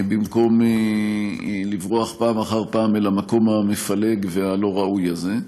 במקום לברוח פעם אחר פעם את המקום המפלג והלא-ראוי הזה.